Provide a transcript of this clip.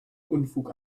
unfug